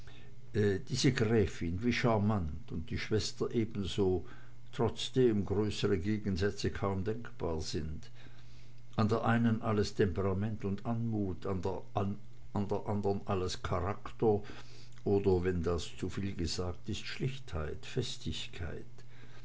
diese gräfin wie scharmant und die schwester ebenso trotzdem größere gegensätze kaum denkbar sind an der einen alles temperament und anmut an der andern alles charakter oder wenn das zuviel gesagt sein sollte schlichtheit festigkeit